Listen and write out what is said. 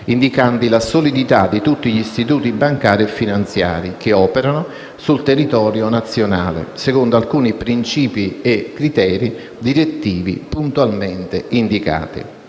indicanti la solidità di tutti gli istituti bancari e finanziari che operano sul territorio nazionale secondo alcuni principi e criteri direttivi puntualmente indicati.